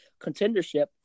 contendership